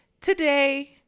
today